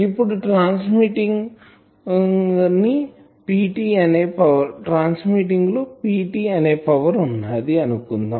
ఇప్పుడు transmitting Pt అనే power వుంది అనుకుందాం